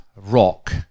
Rock